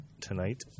tonight